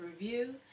review